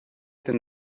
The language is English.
than